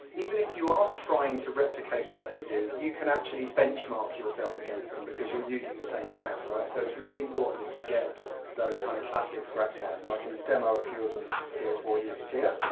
even if you are trying to replicate what they do, you can actually benchmark yourself against them because you're using the same sound right. so it's really important that you get those kind of classic scratch sounds and i can demo a few of them here for you here.